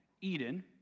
Eden